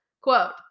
quote